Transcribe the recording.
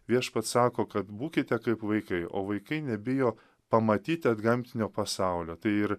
viešpats sako kad būkite kaip vaikai o vaikai nebijo pamatyti antgamtinio pasaulio tai ir